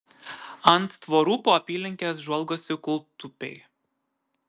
ant tvorų po apylinkes žvalgosi kūltupiai